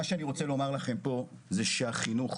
החינוך,